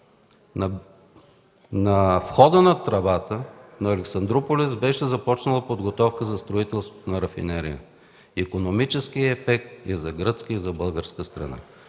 На входа на тръбата на Александруполис беше започнала подготовка за строителството на рафинерия. Икономическият ефект е за гръцката и за руската страна,